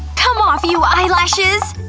come off, you eyelashes!